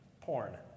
Porn